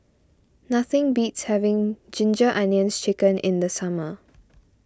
nothing beats having Ginger Onions Chicken in the summer